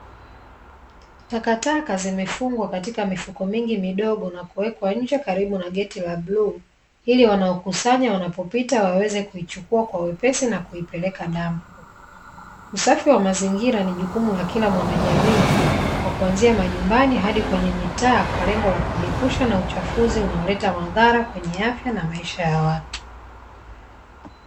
Takataka zimefungwa katika mifuko mingi midogo na kuwekwa nje karibu na geti la bluu, ili wanaokusanya wanapopita waweze kuichukua kwa wepesi na kuipeleka dampo. Usafi wa mazingira ni jukumu la kila mwanajamii kwa kuanzia majumbani hadi kwenye mitaa kwa lengo la kujiepusha na uchafu unaoleta madhara kwenye afya na maisha ya watu.